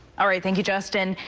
all right. thank you, justin.